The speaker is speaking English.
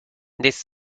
this